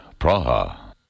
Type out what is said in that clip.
Praha